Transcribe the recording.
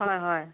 হয় হয়